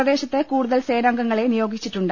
പ്രദേശത്ത് കൂടുതൽ സേനാംഗങ്ങളെ നിയോഗിച്ചിട്ടുണ്ട്